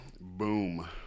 Boom